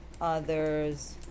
others